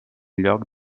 lloc